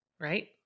right